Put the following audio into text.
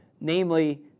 namely